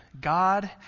God